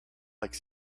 like